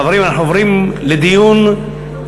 חברים, אנחנו עוברים לדיון בחוק.